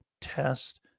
test